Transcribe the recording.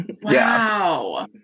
Wow